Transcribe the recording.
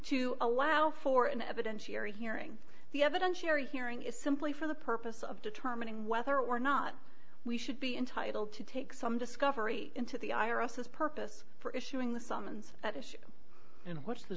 to allow for an evidentiary hearing the evidence you're hearing is simply for the purpose of determining whether or not we should be entitled to take some discovery into the irises purpose for issuing the summons at issue and what's the